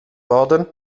worden